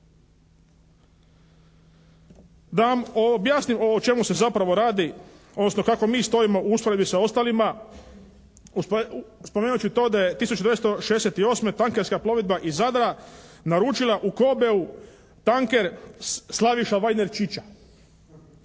Da vam objasnim o čemu se zapravo radi, odnosno kako mi stojimo u usporedbi sa ostalima spomenut ću to da je 1968. tankerska plovidba iz Zadra naručila u Kobeu tanker Slaviša Vajner Čiča.